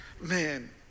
Man